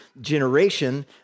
generation